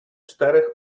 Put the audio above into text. czterech